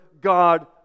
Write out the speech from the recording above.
God